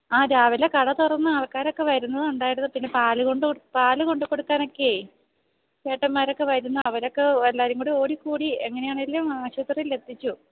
ആ രാവിലെ കട തുറന്ന് ആൾക്കാരൊക്കെ വരുന്നത് ഉണ്ടായിരുന്നു പിന്നെ പാലു കൊണ്ടു പാലു കൊണ്ടുകൊടുക്കാനൊക്കെ ചേട്ടന്മാരൊക്കെ വരുന്ന അവരൊക്കെ എല്ലാവരും കൂടി ഓടിക്കൂടി എങ്ങനെയാണേലും ആശുപത്രിയിൽ എത്തിച്ചു